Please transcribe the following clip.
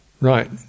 Right